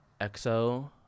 Exo